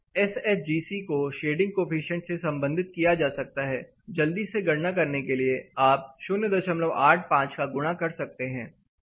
S H G C को shading coefficient से संबंधित किया जा सकता है जल्दी से गणना करने के लिए आप 085 का गुणा कर सकते हैं